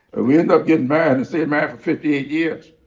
ah we end up getting married and stayed married for fifty eight years.